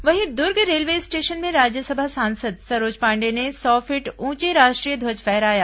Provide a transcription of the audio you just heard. वहीं Durg railway station में राज्यसभा सांसद सरोज पांडेय ने सौ फीट ऊंचे राष्ट्रीय ध्वज फहराया